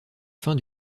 fin